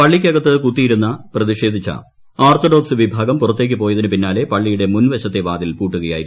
പള്ളിക്കകത്ത് കുത്തിയിരുന്ന് പ്രതിഷേധിച്ച ഓർത്തഡോക്സ് വിഭാഗം പുറത്തേക്ക് പോയതിനു പിന്നാലെ പള്ളിയുടെ മുൻവശത്തെ വാതിൽ പൂട്ടുകയായിരുന്നു